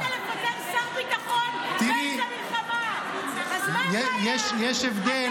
רצית לפטר שר ביטחון באמצע מלחמה, אז מה הבעיה?